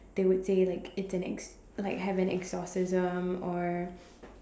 they would say like it's an ex~ like have an exorcism or